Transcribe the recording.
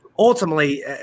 Ultimately